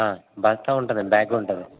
బస్తా ఉంటుంది అండి బ్యాగ్ ఉంటుంది